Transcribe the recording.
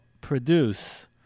produce